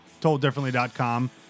tolddifferently.com